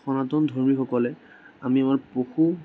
সনাতন ধৰ্মীসকলে আমি মানে পশু